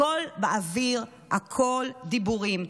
הכול באוויר, הכול דיבורים.